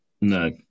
No